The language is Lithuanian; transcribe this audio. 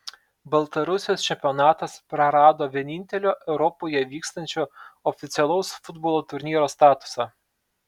baltarusijos čempionatas prarado vienintelio europoje vykstančio oficialaus futbolo turnyro statusą